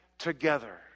together